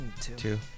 Two